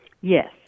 Yes